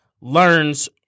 learns